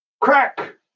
Crack